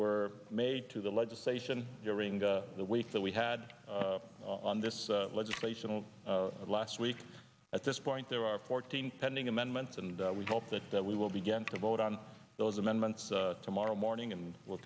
were made to the legislation during the week that we had on this legislation last week at this point there are fourteen pending amendments and we hope that that we will begin to vote on those amendments tomorrow morning and will